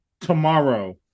tomorrow